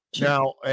Now